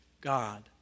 God